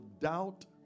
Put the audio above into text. doubt